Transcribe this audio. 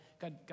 God